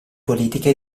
politica